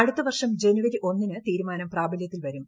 അടുത്തവർഷം ജനുവരി ഒന്നിന് തീരുമാനം പ്രാബല്യത്തിൽ വരും